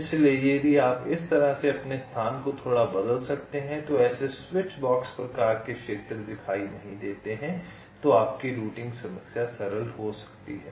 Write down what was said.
इसलिए यदि आप इस तरह से अपने स्थान को थोड़ा बदल सकते हैं तो ऐसे स्विचबॉक्स प्रकार के क्षेत्र दिखाई नहीं देते हैं तो आपकी रूटिंग समस्या सरल हो सकती है